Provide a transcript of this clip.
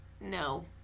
No